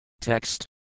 Text